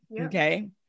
Okay